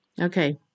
Okay